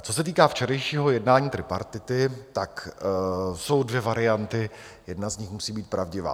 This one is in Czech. Co se týká včerejšího jednání tripartity, jsou dvě varianty, jedna z nich musí být pravdivá.